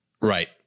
right